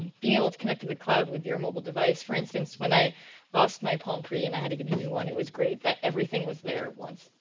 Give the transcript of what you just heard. connect to the cloud with your mobile device. for instance, when i lost my palm pre and i had to get a new one. it was great that everything was there once,